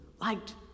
liked